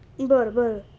बरं बरं